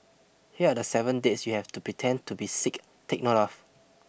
here are the seven dates you have to pretend to be sick take note of